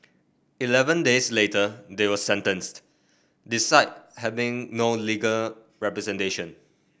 eleven days later they were sentenced having no legal representation